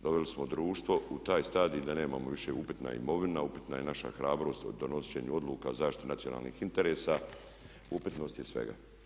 Doveli smo društvo u taj stadij da nemamo više, upitna je imovina, upitna je naša hrabrost o donošenju odluka, zaštiti nacionalnih interesa, upitnost je svega.